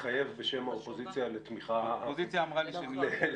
מתחייב בשם האופוזיציה לתמיכה מוחלטת.